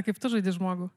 kaip tu žaidi žmogų